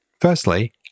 firstly